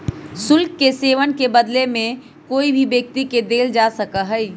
शुल्क के सेववन के बदले में कोई भी व्यक्ति के देल जा सका हई